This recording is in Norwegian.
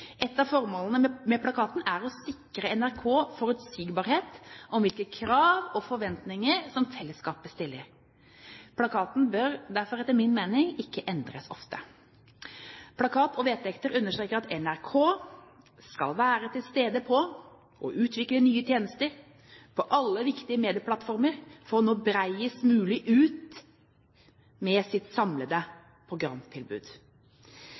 Et av formålene med plakaten er å sikre NRK forutsigbarhet om hvilke krav og forventninger som fellesskapet stiller. Plakaten bør derfor etter min mening ikke endres ofte. Plakat og vedtekter understreker at NRK «skal være til stede på, og utvikle nye tjenester på alle viktige medieplattformer for å nå bredest mulig ut med sitt samlede programtilbud».